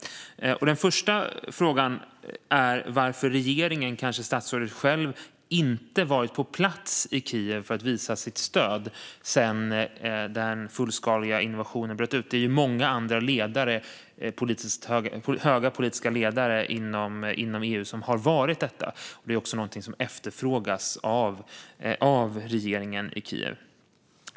Den första är varför regeringen och kanske statsrådet själv inte har varit på plats i Kiev för att visa sitt stöd sedan den fullskaliga invasionen bröt ut. Det är många andra höga politiska ledare inom EU som har varit där, och detta är också något som efterfrågas av regeringen i Kiev.